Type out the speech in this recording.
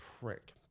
prick